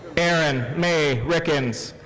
erin mae rieckens.